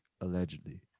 allegedly